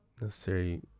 necessary